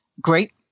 great